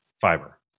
fiber